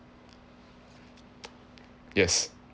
yes